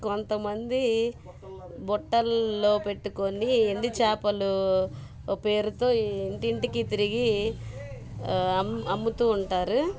కొంతమంది బుట్టల్లో పెట్టుకొని ఎండు చాపలు పేరుతో ఇంటింటికి తిరిగి అమ్ముతూ ఉంటారు